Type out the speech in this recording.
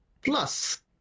Plus